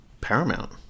Paramount